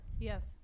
Yes